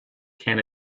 can